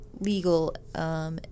legal